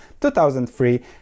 2003